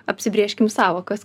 apsibrėžkim sąvokas